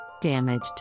Damaged